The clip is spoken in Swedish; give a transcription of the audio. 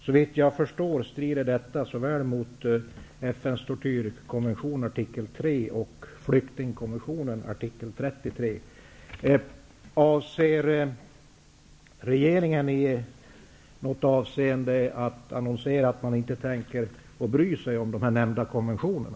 Såvitt jag förstår strider detta såväl mot artikel 3 i FN:s tortyrkonvention som mot artikel 33 i flyktingkonventionen. Avser regeringen att i något avseende annonsera att man inte tänker bry sig om de nämnda konventionerna?